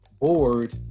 bored